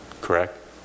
correct